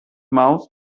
mouse